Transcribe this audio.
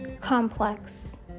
complex